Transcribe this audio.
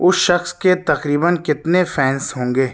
اس شخص کے تقریباً کتنے فینس ہوں گے